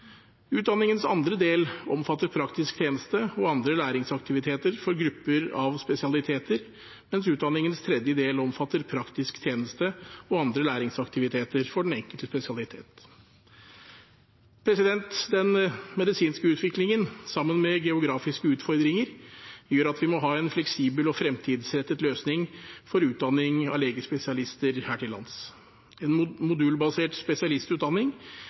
Utdanningens andre del omfatter praktisk tjeneste og andre læringsaktiviteter for grupper av spesialiteter, mens utdanningens tredje del omfatter praktisk tjeneste og andre læringsaktiviteter for den enkelte spesialitet. Den medisinske utviklingen, sammen med geografiske utfordringer, gjør at vi må ha en fleksibel og fremtidsrettet løsning for utdanning av legespesialister her til lands. En modulbasert spesialistutdanning